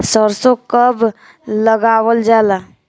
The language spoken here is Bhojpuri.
सरसो कब लगावल जाला?